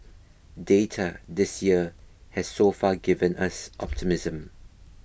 data this year has so far given us optimism